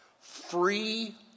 Free